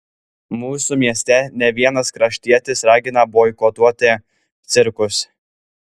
mūsų mieste ne vienas kraštietis ragina boikotuoti cirkus